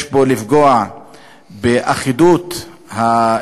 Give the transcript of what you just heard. יש בו כדי לפגוע באחידות הדברים,